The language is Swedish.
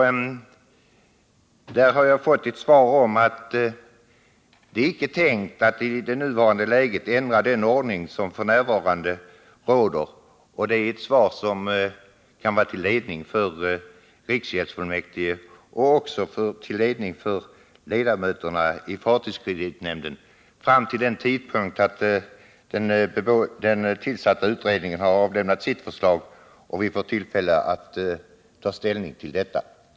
I det avseendet har jag fått till svar att det icke är tänkt att i nuvarande läge ändra den ordning som f. n. råder. Det är ett svar som kan vara till ledning för riksgäldsfullmäktige och också till ledning för ledamöterna i fartygskreditnämnden fram till den tidpunkt då den tillsatta utredningen har avlämnat sitt förslag och vi får tillfälle att ta ställning till detta.